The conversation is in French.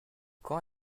quand